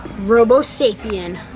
robosapien?